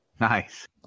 Nice